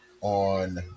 on